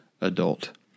adult